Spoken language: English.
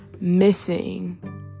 missing